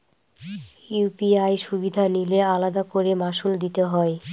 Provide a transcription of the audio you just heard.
UPI সুবিধা নিলে আলাদা করে মাসুল দিতে হয়?